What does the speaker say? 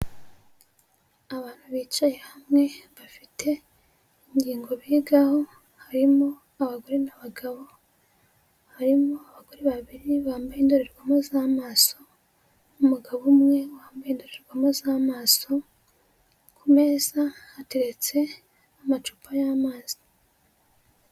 Abantu bicaye hamwe bafite ingingo bigaho, harimo abagore n'abagabo, harimo abagore babiri bambaye indorerwamo z'amaso n'umugabo umwe wambaye indorerwamo z'amaso, ku meza hateretse amacupa y'amazi.